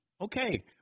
Okay